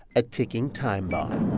a ticking time bomb